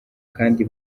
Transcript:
kandi